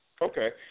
Okay